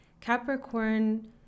Capricorn